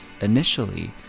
Initially